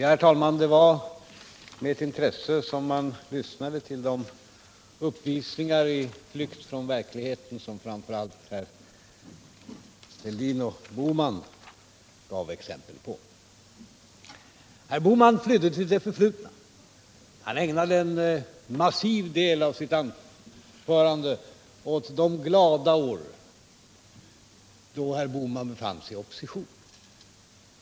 Herr talman! Det var med intresse som jag lyssnade till de uppvisningar i flykt från verkligheten som framför allt herrar Fälldin och Bohman gav. Herr Bohman flydde till det förflutna. Han ägnade — nästan längtansfullt — en massiv del av sitt anförande åt de glada år då herr Bohman fanns i opposition.